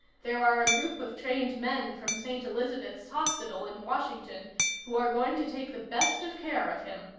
there are a group of trained men from st. elizabeths hospital in washington who are going to take the best of care of him.